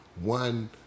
one